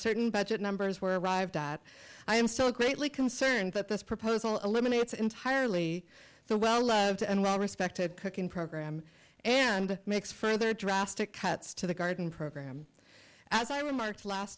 certain budget numbers were arrived at i am so greatly concerned that this proposal eliminates entirely the well loved and well respected cooking program and makes further drastic cuts to the garden program as i remarked last